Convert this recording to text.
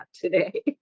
today